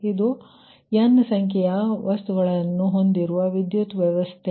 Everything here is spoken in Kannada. ಇದು n ಸಂಖ್ಯೆಯ ಬಸ್ಸುಗಳನ್ನು ಹೊಂದಿರುವ ವಿದ್ಯುತ್ ವ್ಯವಸ್ಥೆ